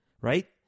right